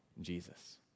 Jesus